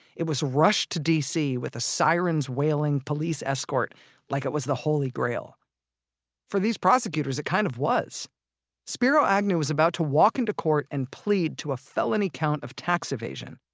it was rushed to dc with a sirens wailing police escort like it was the holy grail for these prosecutors, it kind of was spiro agnew was about to walk into court and plead to a felony count of tax evasion,